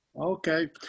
Okay